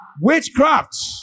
witchcraft